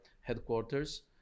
headquarters